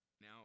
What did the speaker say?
Now